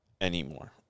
anymore